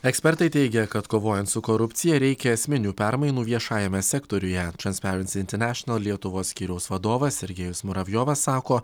ekspertai teigia kad kovojant su korupcija reikia esminių permainų viešajame sektoriuje transparency international lietuvos skyriaus vadovas sergėjus muravjovas sako